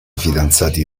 fidanzati